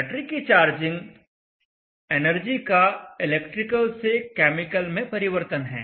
battery की charging energy का electrical से केमिकल में परिवर्तन है